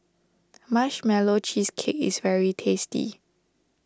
Marshmallow Cheesecake is very tasty